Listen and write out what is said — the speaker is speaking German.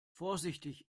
vorsichtig